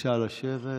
בבקשה לשבת.